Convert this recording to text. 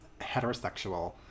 Heterosexual